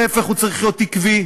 להפך, הוא צריך להיות עקבי.